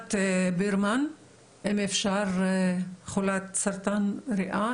ענת ברמן אם אפשר, חולת סרטן ריאה.